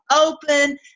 open